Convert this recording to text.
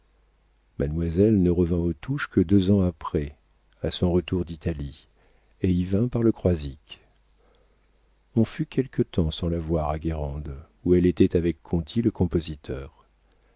mademoiselle ne revint aux touches que deux ans après à son retour d'italie et y vint par le croisic on fut quelque temps sans la savoir à guérande où elle était avec conti le compositeur